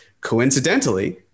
coincidentally